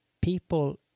people